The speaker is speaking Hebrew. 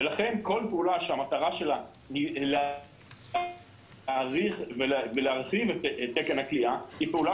לכן כל פעולה שהמטרה שלה היא להאריך ולהרחיב את תקן הכליאה היא פעולה